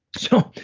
so,